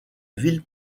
ville